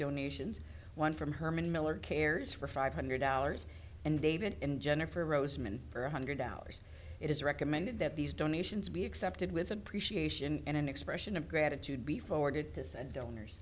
donations one from herman miller cares for five hundred dollars and david and jennifer roseman for one hundred dollars it is recommended that these donations be accepted with appreciation and an expression of gratitude be forwarded to said donors